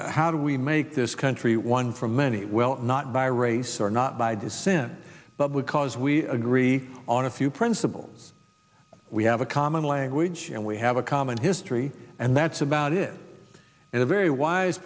and how do we make this country one for many well not by race or not by descent but because we agree on a few principles we have a common language and we have a common history and that's about it and a very wise